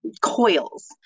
coils